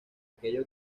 aquello